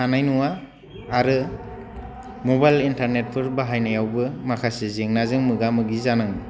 हानाय नङा आरो मबाइल इन्टारनेटफोर बाहायनायावबो माखासे जेंनाजों मोगा मोगि जानाङो